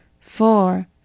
Four